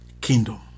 kingdom